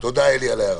תודה על ההערה.